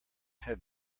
had